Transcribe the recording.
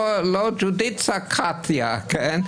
כוח המשילות הוא לא בידי בית המשפט.